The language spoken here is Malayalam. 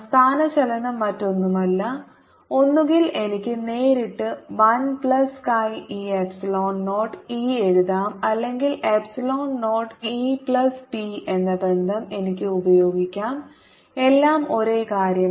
സ്ഥാനചലനo മറ്റൊന്നുമല്ല ഒന്നുകിൽ എനിക്ക് നേരിട്ട് 1 plus chi e epsilon 0 E എഴുതാം അല്ലെങ്കിൽ എപ്സിലോൺ 0 ഇ പ്ലസ് പി എന്ന ബന്ധം എനിക്ക് ഉപയോഗിക്കാം എല്ലാം ഒരേ കാര്യമാണ്